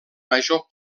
major